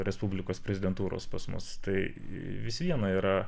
respublikos prezidentūros pas mus tai vis viena yra